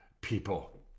people